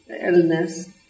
illness